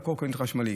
בקורקינטים החשמליים.